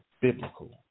biblical